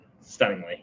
stunningly